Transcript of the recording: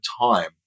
time